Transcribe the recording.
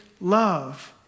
love